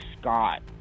Scott